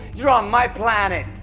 you're on my planet,